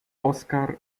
oscar